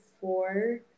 four